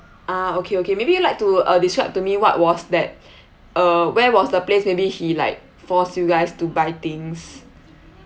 ah okay okay maybe you like to uh describe to me what was that uh where was the place maybe he like force you guys to buy things